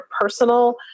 personal